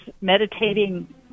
meditating